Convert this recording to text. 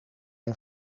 een